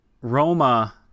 Roma